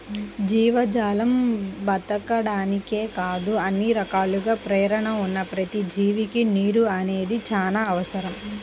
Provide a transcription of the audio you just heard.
జీవజాలం బతకడానికే కాదు అన్ని రకాలుగా పేణం ఉన్న ప్రతి జీవికి నీరు అనేది చానా అవసరం